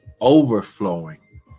overflowing